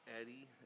Eddie